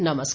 नमस्कार